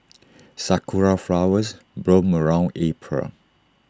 Sakura Flowers bloom around April